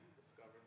Discover